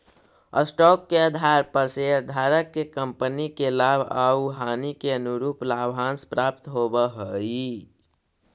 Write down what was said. stock के आधार पर शेयरधारक के कंपनी के लाभ आउ हानि के अनुरूप लाभांश प्राप्त होवऽ हई